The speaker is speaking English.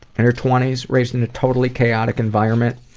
and her twenty s, raised in a totally chaotic environment,